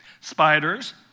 spiders